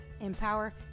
empower